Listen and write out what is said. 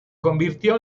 convirtió